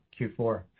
Q4